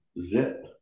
zip